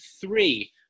three